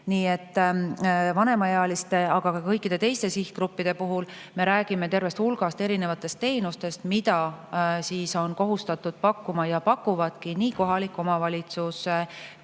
et vanemaealiste, aga ka kõikide teiste sihtgruppide puhul me räägime tervest hulgast erinevatest teenustest, mida on kohustatud pakkuma ja pakuvadki nii kohalik omavalitsus